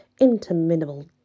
interminable